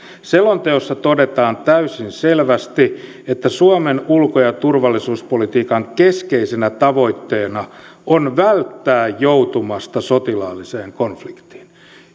selonteossa todetaan täysin selvästi että suomen ulko ja turvallisuuspolitiikan keskeisenä tavoitteena on välttää joutumasta sotilaalliseen konfliktiin